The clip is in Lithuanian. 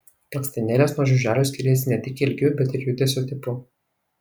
blakstienėlės nuo žiuželių skiriasi ne tik ilgiu bet ir judesio tipu